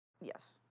Yes